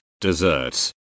desserts